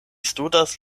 studas